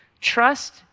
Trust